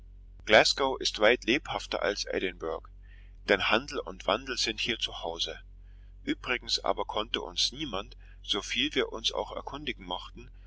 glasgow ist weit lebhafter als edinburgh denn handel und wandel sind hier zu hause übrigens aber konnte uns niemand soviel wir uns auch erkundigen mochten